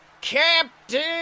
Captain